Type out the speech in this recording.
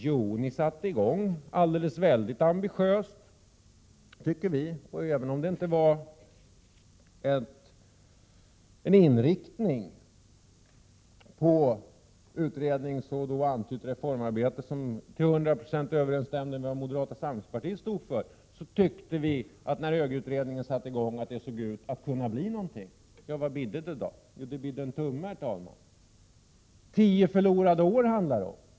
Jo, ni satte i gång alldeles väldigt ambitiöst, och även om det inte var en inriktning på utredningsoch då antytt reformarbete som till hundra procent överensstämde med vad moderata samlingspartiet stod för, tyckte vi när utredningen satte i gång att det såg ut att kunna bli någonting. Vad bidde det då? Jo, det bidde en tumme. Tio förlorade år handlar det om.